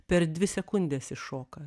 per dvi sekundes iššoka